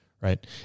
right